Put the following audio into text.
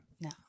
No